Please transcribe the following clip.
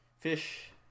fish